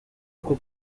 uku